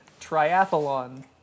triathlon